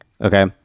okay